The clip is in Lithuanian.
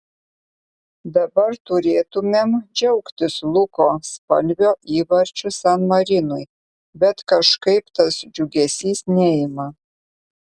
dabar turėtumėm džiaugtis luko spalvio įvarčiu san marinui bet kažkaip tas džiugesys neima